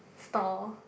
stall